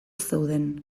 zeuden